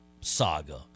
saga